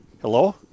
hello